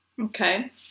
Okay